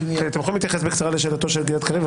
אתם יכולים להתייחס בקצרה לשאלתו של גלעד קריב,